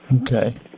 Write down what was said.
Okay